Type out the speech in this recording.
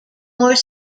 more